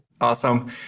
Awesome